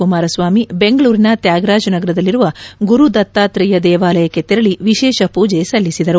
ಕುಮಾರಸ್ವಾಮಿ ಬೆಂಗಳೂರಿನ ತ್ಯಾಗರಾಜನಗರದಲ್ಲಿರುವ ಗುರು ದತ್ತಾತ್ತೇಯ ದೇವಾಲಯಕ್ಕೆ ತೆರಳಿ ವಿಶೇಷ ಪೂಜೆ ಸಲ್ಲಿಸಿದರು